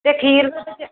ਅਤੇ ਖੀਰ